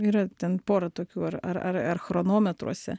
yra ten pora tokių ar ar ar ar chronometruose